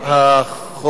2012, נתקבל.